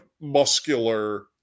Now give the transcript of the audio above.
muscular